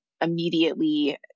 immediately